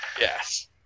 Yes